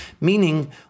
meaning